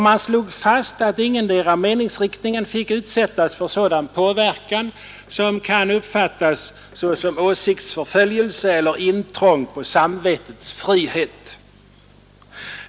Utskottet slog också fast att ingendera meningsriktningen fick utsättas för sådan påverkan som kan uppfattas såsom åsiktsförföljelse eller intrång på samvetets frihet.